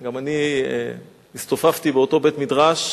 גם אני הסתופפתי באותו בית-מדרש,